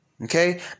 Okay